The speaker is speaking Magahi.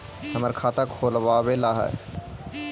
हमरा खाता खोलाबे ला है?